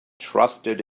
trusted